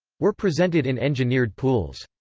were presented in engineered pools.